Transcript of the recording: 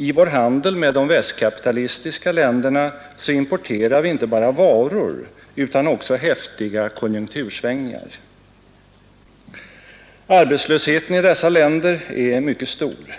I vår handel med de västkapitalistiska länderna importerar vi inte bara varor, utan också häftiga konjunktursvängningar. Arbetslösheten i dessa länder är mycket stor.